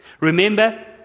Remember